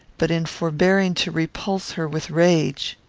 but in forbearing to repulse her with rage.